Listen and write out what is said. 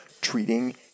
treating